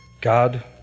god